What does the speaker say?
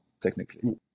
technically